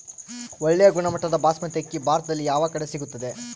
ಒಳ್ಳೆ ಗುಣಮಟ್ಟದ ಬಾಸ್ಮತಿ ಅಕ್ಕಿ ಭಾರತದಲ್ಲಿ ಯಾವ ಕಡೆ ಸಿಗುತ್ತದೆ?